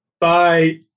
Bye